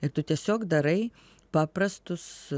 ir tu tiesiog darai paprastus